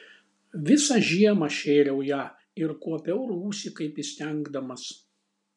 visą žiemą šėriau ją ir kuopiau rūsį kaip įstengdamas